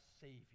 Savior